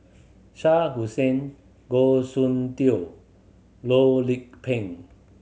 Shah Hussain Goh Soon Tioe Loh Lik Peng